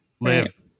live